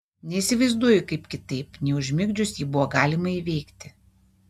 neįsivaizduoju kaip kitaip nei užmigdžius jį buvo galima įveikti